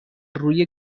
روی